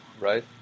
right